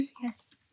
Yes